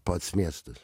pats miestas